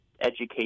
education